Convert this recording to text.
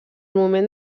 moment